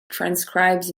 transcribes